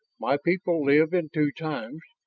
my people live in two times,